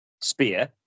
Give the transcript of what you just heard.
Spear